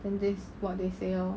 and this what they say lor